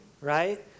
right